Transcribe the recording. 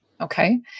okay